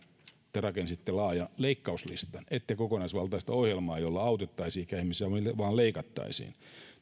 te rakensitte laajan leikkauslistan ette kokonaisvaltaista ohjelmaa jolla autettaisiin ikäihmisiä eli leikattaisiin